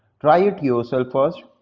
try it yourself first,